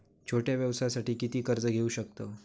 छोट्या व्यवसायासाठी किती कर्ज घेऊ शकतव?